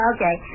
Okay